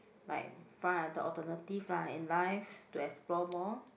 like find other alternative lah in life to explore more